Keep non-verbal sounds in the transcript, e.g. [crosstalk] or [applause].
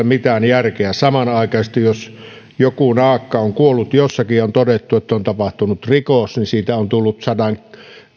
[unintelligible] mitään järkeä samanaikaisesti jos joku naakka on kuollut jossakin ja on todettu että on tapahtunut rikos siitä on tullut sadanyhden